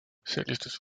sellistes